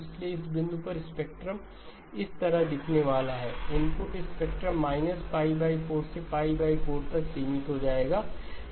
इसलिए इस बिंदु पर स्पेक्ट्रम इस तरह दिखने वाला है इनपुट स्पेक्ट्रम 4 से π 4 तक सीमित हो जाएगा